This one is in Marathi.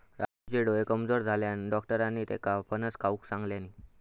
राजूचे डोळे कमजोर झाल्यानं, डाक्टरांनी त्येका फणस खाऊक सांगितल्यानी